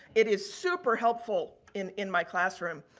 it is super helpful in in my classroom.